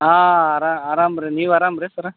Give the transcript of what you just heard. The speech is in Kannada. ಹಾಂ ಆರಾಮ ರೀ ನೀವು ಆರಾಮ ರೀ ಸರ್ರ